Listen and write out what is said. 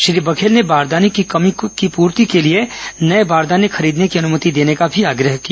श्री बघेल ने बारदाने की कमी की पूर्ति के लिए नए बारदाने खरीदने की अनुमति देने का भी आग्रह किया